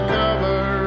cover